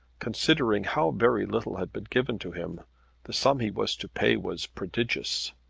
considering how very little had been given to him the sum he was to pay was prodigious.